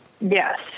Yes